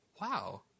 Wow